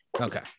Okay